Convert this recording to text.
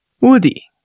Woody